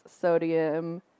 sodium